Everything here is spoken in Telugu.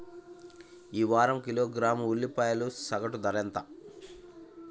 ఈ వారం కిలోగ్రాము ఉల్లిపాయల సగటు ధర ఎంత?